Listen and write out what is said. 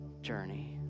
journey